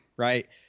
Right